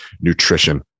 Nutrition